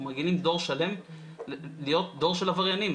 אנחנו מרגילים דור שלם להיות דור של עבריינים,